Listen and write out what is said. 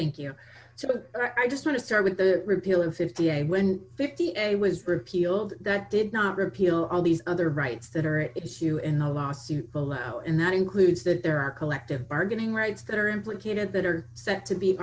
thank you so i just want to start with the repeal of fifty eight when fifty a was repealed that did not repeal all these other rights that are at issue in the last few pull out and that includes that there are collective bargaining rights that are implicated that are set to be